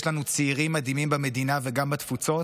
יש לנו צעירים מדהימים במדינה וגם בתפוצות